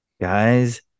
guys